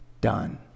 done